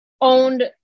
owned